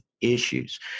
Issues